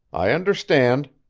i understand.